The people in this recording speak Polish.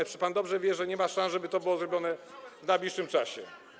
Przecież pan dobrze wie, że nie ma szans, żeby to było zrobione w najbliższym czasie.